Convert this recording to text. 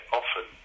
often